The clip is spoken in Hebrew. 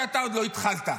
כשאתה עוד לא התחלת?